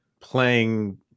playing